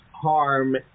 harm